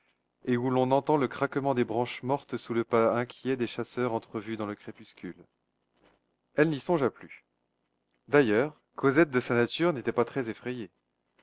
et où l'on entend le craquement des branches mortes sous le pas inquiet des chasseurs entrevus dans le crépuscule elle n'y songea plus d'ailleurs cosette de sa nature n'était pas très effrayée